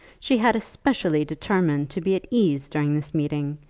she had especially determined to be at ease during this meeting,